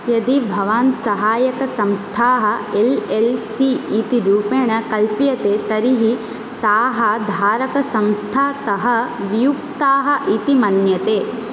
यदि भवान् साहाय्यकसंस्थाः एल् एल् सि इति रूपेण कल्प्यते तर्हि ताः धारकसंस्थातः वियुक्ताः इति मन्यते